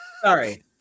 Sorry